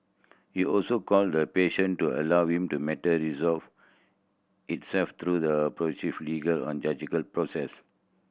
he also called a patience to allow to matter resolve itself through the legal or judicial process